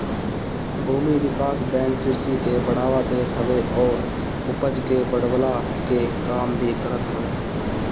भूमि विकास बैंक कृषि के बढ़ावा देत हवे अउरी उपज के बढ़वला कअ काम भी करत हअ